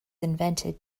invented